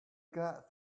got